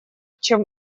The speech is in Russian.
чем